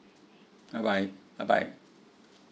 bye bye bye bye